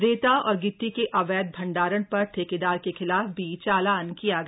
रेता और गिट्टी के अवैध भण्डारण पर ठेकेदार के खिलाफ भी चालान किया गया